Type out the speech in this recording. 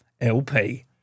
LP